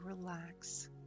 relax